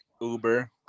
Uber